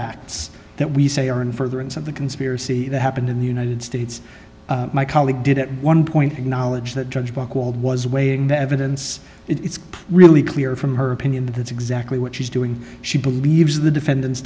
acts that we say are in furtherance of the conspiracy that happened in the united states my colleague did at one point acknowledge that judge buchwald was weighing the evidence it's really clear from her opinion that that's exactly what she's doing she believes the defendant's